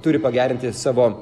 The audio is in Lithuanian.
turi pagerinti savo